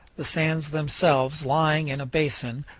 the sands themselves lying in a basin,